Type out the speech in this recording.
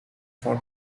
for